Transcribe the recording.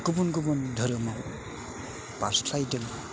गुबुन गुबुन धोरोमआव बारस्लायदों